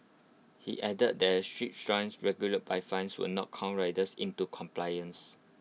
he added that strict stance regulated by fines will not cow riders into compliance